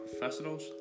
professionals